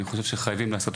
אני חושב שחייבים לעשות,